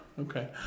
Okay